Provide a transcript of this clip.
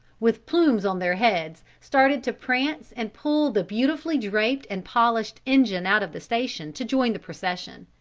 with plumes on their heads, started to prance and pull the beautifully draped and polished engine out of the station to join the procession.